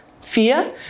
fear